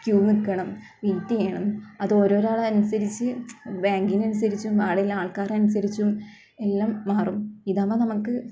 Q നിൽക്കണം wait ചെയ്യണം അത് ഓരോരാൾ അനുസരിച്ച് ബാങ്കിനനുസരിച്ചും അവിടെയുള്ള ആൾക്കാരനുസരിച്ചും എല്ലാം മാറും ഇതാകുമ്പോൾ നമുക്ക്